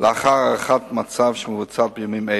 לאחר הערכת מצב שמבוצעת בימים אלה,